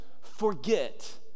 forget